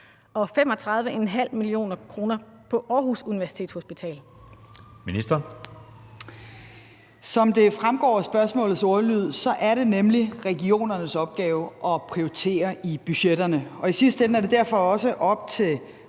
og sundhedsministeren (Sophie Løhde): Som det fremgår af spørgsmålets ordlyd, er det nemlig regionernes opgave at prioritere i budgetterne, og i sidste ende er det derfor også op til